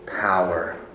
power